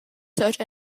search